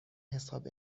حساب